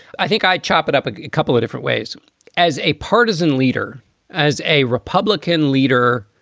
i think i'd chop it up like a couple of different ways as a partisan leader as a republican leader.